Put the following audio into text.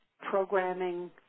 programming